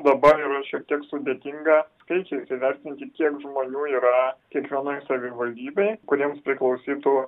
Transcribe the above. dabar yra šiek tiek sudėtinga skaičiais įvertinti kiek žmonių yra kiekvienoj savivaldybėj kuriems priklausytų